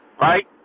right